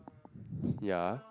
ya